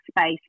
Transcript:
space